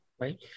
Right